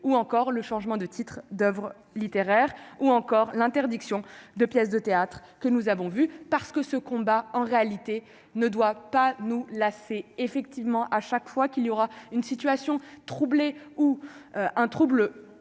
ou encore le changement de titre d'Oeuvres littéraires ou encore l'interdiction de pièces de théâtre que nous avons vu, parce que ce combat en réalité ne doit pas nous lasser effectivement à chaque fois qu'il y aura une situation troublée ou un trouble